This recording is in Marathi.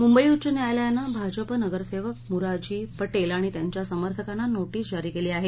मुंबई उच्च न्यायालयानं भाजपा नगरसेवक मुराजी पटेल आणि त्यांच्या समर्थकांना नोटीस जारी केली आहे